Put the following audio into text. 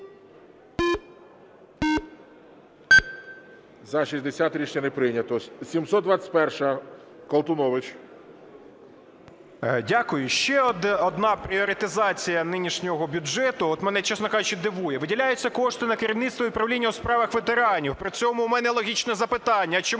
За-60 Рішення не прийнято. 721-а, Колтунович. 13:30:12 КОЛТУНОВИЧ О.С. Дякую. Ще одна пріоритезація нинішнього бюджету от мене, чесно кажучи, дивує: виділяються кошти на керівництво і управління у справах ветеранів. При цьому у мене логічне запитання: